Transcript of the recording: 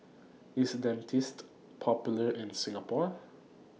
IS Dentiste Popular in Singapore